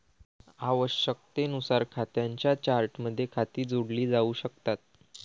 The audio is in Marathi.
आवश्यकतेनुसार खात्यांच्या चार्टमध्ये खाती जोडली जाऊ शकतात